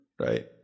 right